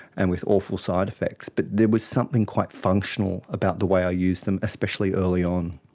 and with awful side-effects. but there was something quite functional about the way i used them, especially early on.